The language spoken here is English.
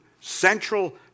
central